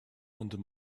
under